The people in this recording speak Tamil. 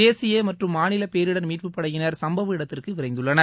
தேசிய மற்றும் மாநில பேரிடர் மீட்புப்படையினர் சம்பவ இடத்திற்கு விரைந்துள்ளனர்